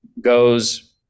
goes